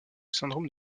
syndrome